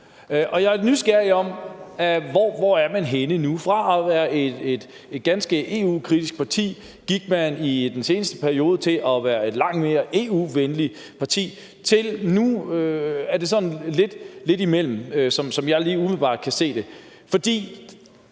og jeg er nysgerrig efter, hvor man er henne nu. Fra at være et ganske EU-kritisk parti gik man i den seneste periode til at være et langt mere EU-venligt parti og til nu at være et sted midtimellem. Det er sådan, jeg lige umiddelbart kan se det. Toget